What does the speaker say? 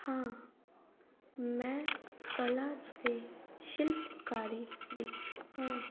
ਹਾਂ ਮੈਂ ਕਲਾ ਅਤੇ ਸ਼ਿਲਪਕਾਰੀ ਵਿੱਚ ਹਾਂ